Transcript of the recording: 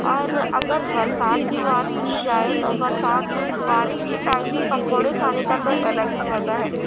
اور اگر برسات کی بات کی جائے تو برسات میں بارش کے ٹائم میں پکوڑے کھانے کا تو الگ ہی مزہ ہے